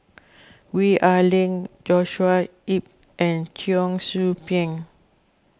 Gwee Ah Leng Joshua Ip and Cheong Soo Pieng